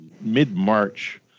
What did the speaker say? mid-March